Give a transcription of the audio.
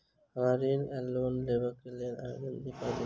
हमरा ऋण वा लोन लेबाक लेल आवेदन दिय पड़त की?